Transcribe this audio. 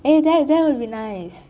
eh that that will be nice